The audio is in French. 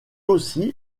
aussi